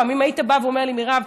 אם היית בא ואומר לי: מירב,